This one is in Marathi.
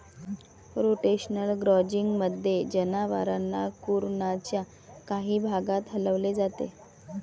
रोटेशनल ग्राझिंगमध्ये, जनावरांना कुरणाच्या काही भागात हलवले जाते